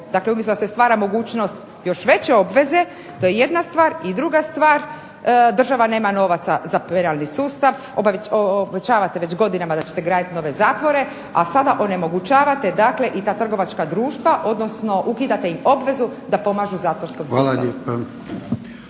Dakle umjesto da se stvara mogućnost još veće obveze, to je jedna stvar i druga stvar država nema novaca nema novaca za penalni sustav, obećavate već godinama da ćete graditi nove zatvore a sada onemogućavate dakle i ta trgovačka društva odnosno ukidate im obvezu da pomažu zatvorskom sustavu.